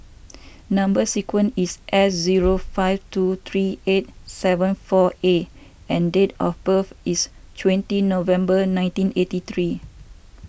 Number Sequence is S zero five two three eight seven four A and date of birth is twenty November nineteen eighty three